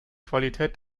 qualität